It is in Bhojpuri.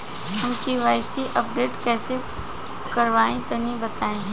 हम के.वाइ.सी अपडेशन कइसे करवाई तनि बताई?